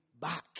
back